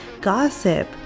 gossip